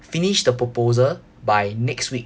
finish the proposal by next week